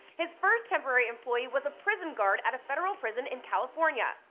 his first temporary employee was a prison guard at a federal prison in california.